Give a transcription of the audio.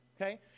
okay